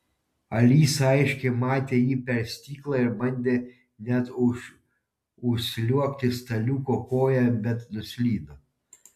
alisa aiškiai matė jį per stiklą ir bandė net užsliuogti staliuko koja bet nuslydo